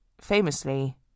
famously